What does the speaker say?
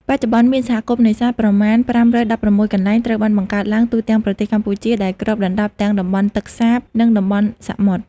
បច្ចុប្បន្ន មានសហគមន៍នេសាទប្រមាណ ៥១៦ កន្លែង ត្រូវបានបង្កើតឡើងទូទាំងប្រទេសកម្ពុជាដែលគ្របដណ្ដប់ទាំងតំបន់ទឹកសាប និងតំបន់សមុទ្រ។